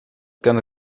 gerne